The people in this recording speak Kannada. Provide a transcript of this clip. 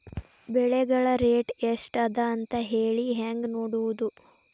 ಬೆಳೆಗಳ ರೇಟ್ ಎಷ್ಟ ಅದ ಅಂತ ಹೇಳಿ ಹೆಂಗ್ ನೋಡುವುದು?